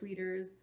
tweeters